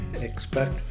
expect